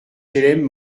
hlm